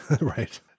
right